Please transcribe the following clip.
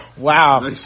Wow